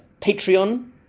patreon